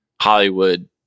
Hollywood